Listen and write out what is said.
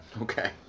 Okay